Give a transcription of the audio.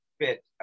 fit